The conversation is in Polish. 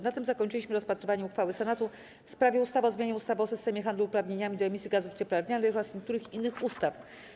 Na tym zakończyliśmy rozpatrywanie uchwały Senatu w sprawie ustawy o zmianie ustawy o systemie handlu uprawnieniami do emisji gazów cieplarnianych oraz niektórych innych ustaw.